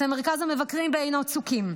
את מרכז המבקרים בעיינות צוקים.